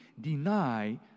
deny